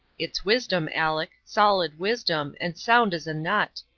it's wisdom, aleck, solid wisdom, and sound as a nut.